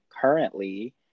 currently